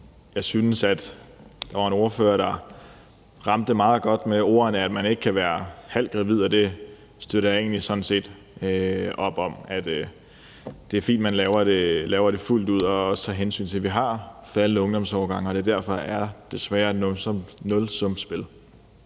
Jeg synes, at der var en ordfører, der ramte det meget godt med ordene om, at man ikke kan være halvt gravid, og det støtter jeg egentlig sådan set op om. Det er fint, at man laver det fuldt ud og også tager hensyn til, at vi har faldende ungdomsårgange og det derfor desværre er et nulsumsspil.